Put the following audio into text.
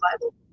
Bible